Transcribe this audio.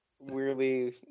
Weirdly